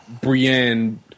Brienne